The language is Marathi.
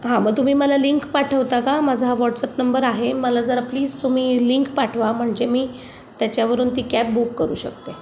हां मग तुम्ही मला लिंक पाठवता का माझा हा व्हॉट्सअप नंबर आहे मला जरा प्लीज तुम्ही लिंक पाठवा म्हणजे मी त्याच्यावरून ती कॅब बुक करू शकते